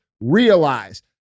realize